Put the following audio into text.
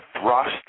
thrust